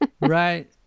right